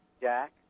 Jack